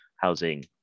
housing